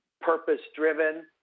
purpose-driven